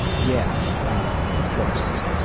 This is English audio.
yeah. of course.